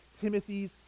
Timothy's